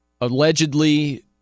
allegedly